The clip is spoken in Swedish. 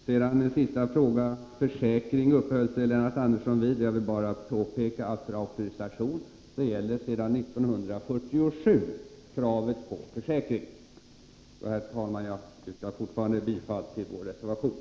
Till sist: Försäkringen uppehöll sig Lennart Andersson vid. Jag vill bara påpeka att för auktorisation gäller sedan 1947 kravet på försäkring. Herr talman! Jag yrkar fortfarande bifall till vår reservation.